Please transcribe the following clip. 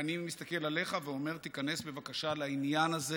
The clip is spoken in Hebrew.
ואני מסתכל עליך ואומר: תיכנס בבקשה לעניין הזה.